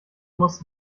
muss